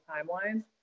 timelines